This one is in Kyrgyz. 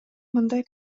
мындай